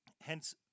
hence